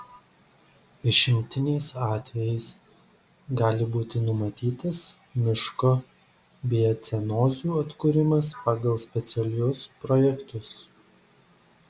išimtiniais atvejais gali būti numatytas miško biocenozių atkūrimas pagal specialius projektus